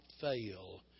fail